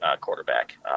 quarterback